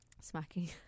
Smacking